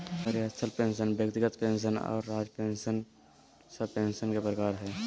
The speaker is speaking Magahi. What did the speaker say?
कार्यस्थल पेंशन व्यक्तिगत पेंशन आर राज्य पेंशन सब पेंशन के प्रकार हय